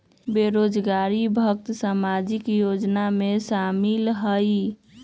बेरोजगारी भत्ता सामाजिक योजना में शामिल ह ई?